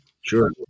Sure